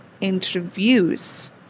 interviews